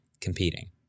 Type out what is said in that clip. competing